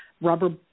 Rubber